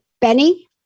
Benny